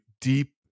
deep